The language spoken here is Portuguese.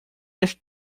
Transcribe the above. este